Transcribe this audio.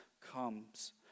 comes